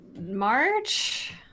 March